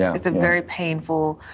is a very painful,